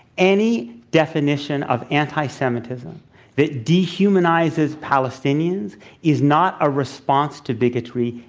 any definition of anti-semitism that dehumanizes palestinians is not a response to bigotry.